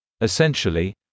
Essentially